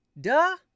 Duh